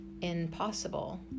impossible